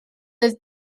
oedd